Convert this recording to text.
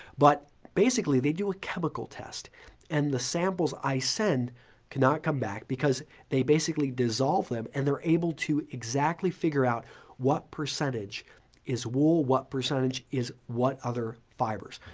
but basically, they do a chemical test and the samples i send do not come back because they basically dissolve them and they're able to exactly figure out what percentage is wool, what percentage is what other fibers.